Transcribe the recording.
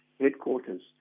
headquarters